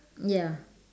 ya